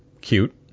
cute